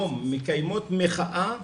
מקיימות מחאה,